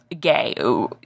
gay